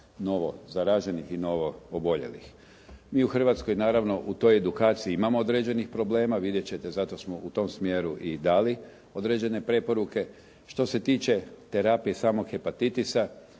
novo zaraženih i novo oboljelih. Mi u Hrvatskoj naravno u toj edukaciji imamo određenih problema. Vidjet ćete zato smo u tom smjeru i dali određene preporuke. Što se tiče terapije samog hepatitisa